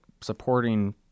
supporting